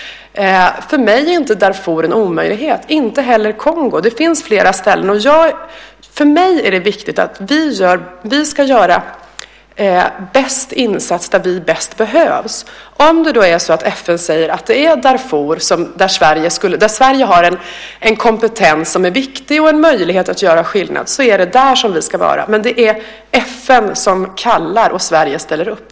För mig är inte Darfur en omöjlighet, inte heller Kongo. Det finns flera ställen. För mig är det viktigt att vi ska göra vår bästa insats där vi bäst behövs. Om FN säger att det är i Darfur som Sverige har en kompetens som är viktig och en möjlighet att göra skillnad är det där vi ska vara. Men det är FN som kallar och Sverige som ställer upp.